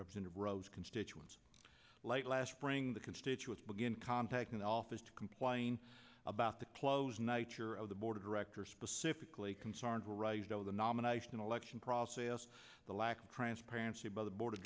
and rose constituents late last spring the constituents begin contacting the office to complain about the close nature of the board of directors specifically concerns were raised over the nomination election process the lack of transparency by the board of